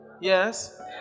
Yes